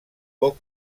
poc